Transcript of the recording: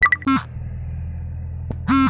কম খরচে গোবর সার দিয়ে কি করে ভালো সবজি হবে?